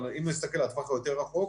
אבל אם נסתכל על הטווח היותר רחוק,